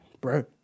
bro